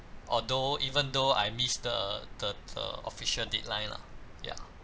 although even though I miss the the the official deadline lah ya